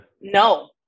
No